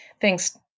Thanks